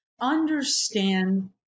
understand